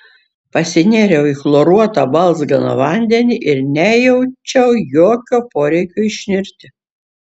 pasinėriau į chloruotą balzganą vandenį ir nejaučiau jokio poreikio išnirti